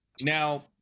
Now